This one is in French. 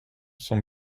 sont